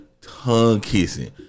tongue-kissing